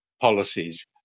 policies